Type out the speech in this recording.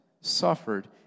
suffered